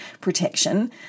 protection